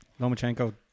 Lomachenko